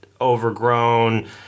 overgrown